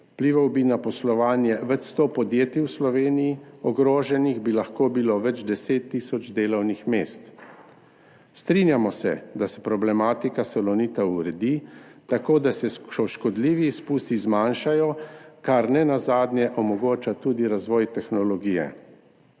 Vplival bi na poslovanje več sto podjetij v Sloveniji, ogroženih bi lahko bilo več 10 tisoč delovnih mest. Strinjamo se, da se problematika Salonita uredi tako, da se škodljivi izpusti zmanjšajo, kar nenazadnje omogoča tudi razvoj tehnologije.